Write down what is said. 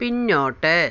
പിന്നോട്ട്